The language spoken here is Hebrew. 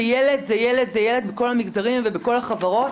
שילד זה ילד זה ילד בכל המגזרים ובכל החברות,